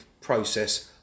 process